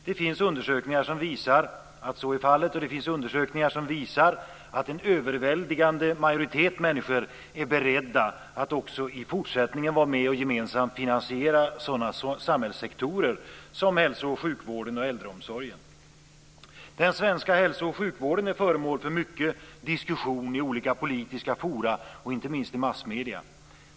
Det finns undersökningar som visar att så är fallet medan andra undersökningar visar att en överväldigande majoritet av människorna är beredd att också i fortsättningen vara med om att gemensamt finansiera sådana samhällssektorer som hälso och sjukvården och äldreomsorgen. Den svenska hälso och sjukvården är föremål för mycken diskussion i olika politiska forum, inte minst i massmedierna.